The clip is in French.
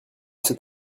c’est